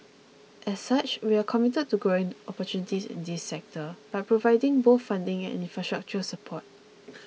as such we are committed to growing the opportunities in this sector by providing both funding and infrastructure support